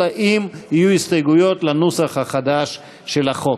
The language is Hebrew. אלא אם יהיו הסתייגויות לנוסח החדש של החוק.